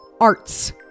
Arts